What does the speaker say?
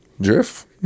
Drift